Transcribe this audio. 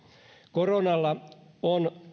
koronalla on